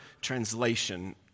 translation